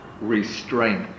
restraint